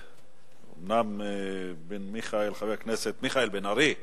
אומנם, חבר הכנסת מיכאל בן-ארי,